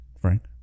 Frank